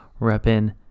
repping